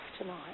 tonight